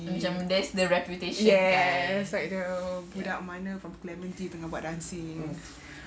y~ yes like the budak mana from clementi tengah buat dancing